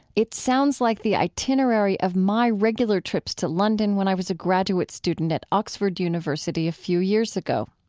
it sounds like the itinerary of my regular trips to london when i was a graduate student at oxford university a few years ago.